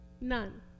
None